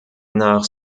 nach